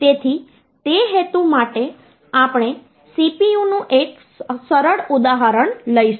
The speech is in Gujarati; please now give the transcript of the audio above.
તેથી તે હેતુ માટે આપણે CPU નું એક સરળ ઉદાહરણ લઈશું